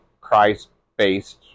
christ-based